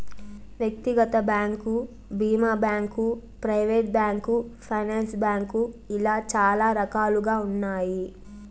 వ్యక్తిగత బ్యాంకు భీమా bank, private bank, finance bank ఇలా చాలా రకాలుగా ఉన్నాయి